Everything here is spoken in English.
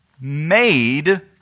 made